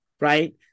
Right